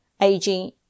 Aging